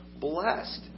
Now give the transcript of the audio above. blessed